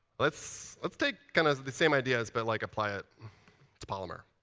let's let's take kind of the same ideas but like apply it to polymer.